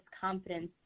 confidence